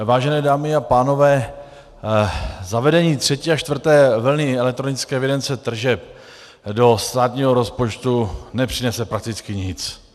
Vážené dámy a pánové, zavedení třetí a čtvrté vlny elektronické evidence tržeb do státního rozpočtu nepřinese prakticky nic.